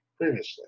previously